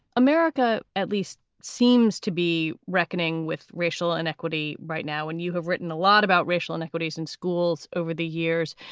america, at least, seems to be reckoning with racial inequity right now when you have written a lot about racial inequities in schools over the years.